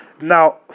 Now